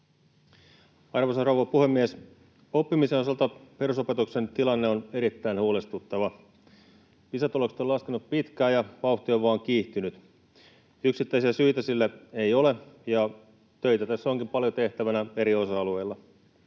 Arvoisa rouva puhemies! Oppimisen osalta perusopetuksen tilanne on erittäin huolestuttava. Pisa-tulokset ovat laskeneet pitkään, ja vauhti on vain kiihtynyt. Yksittäisiä syitä sille ei ole, ja töitä tässä onkin paljon tehtävänä eri osa-alueilla.